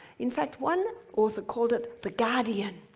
in fact, one author called it the guardian,